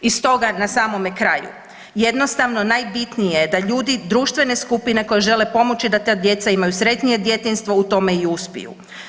I stoga na samome kraju, jednostavno najbitnije je da ljudi, društvene skupine koje žele pomoći da ta djeca imaju sretnije djetinjstvo u tome i uspiju.